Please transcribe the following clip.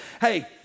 hey